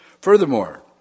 Furthermore